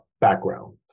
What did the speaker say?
background